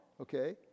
okay